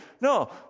No